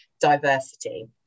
diversity